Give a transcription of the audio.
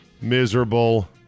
miserable